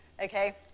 okay